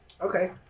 Okay